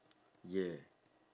yeah